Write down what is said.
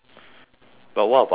but what about like